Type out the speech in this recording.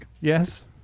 Yes